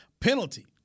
Penalty